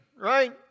right